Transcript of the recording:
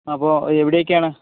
അപ്പോള് എവിടേക്കാണ്